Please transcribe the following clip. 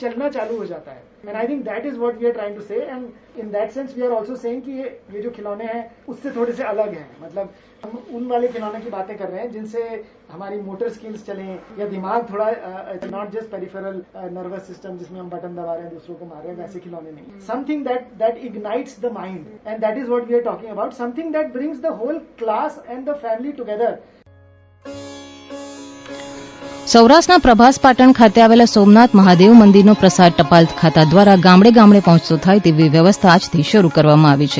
સોમનાથ પ્રસાદ સૌરાષ્ટ્રમાં પ્રભાસ પાટણ ખાતે આવેલા સોમનાથ મહાદેવ મંદિરનો પ્રસાદ ટપાલ ખાતા દ્વારા ગામડે ગામડે પહોંચતો થાય તેવી વ્યવસ્થા આજથી શરૂ કરવામાં આવી છે